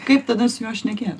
kaip tada su juo šnekėt